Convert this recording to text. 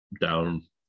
down